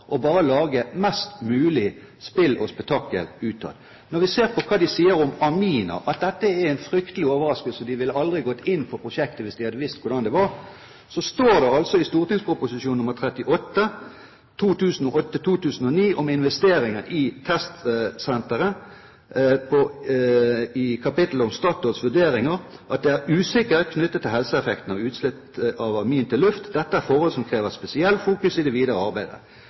bare å lage mest mulig spill og spetakkel ut av det. Når vi ser på hva de sier om aminer – at dette er en fryktelig overraskelse, og at de ville aldri gått inn for prosjektet hvis de hadde visst hvordan det var, står det i St.prp. nr. 38 for 2008–2009 om investeringer i testsenteret i kapittelet om Statoils vurderinger at det er «usikkerhet knyttet til helseeffektene av utslipp av amin til luft. Dette er et forhold som krever spesiell fokus i det videre